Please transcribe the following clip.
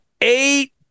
eight